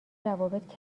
روابط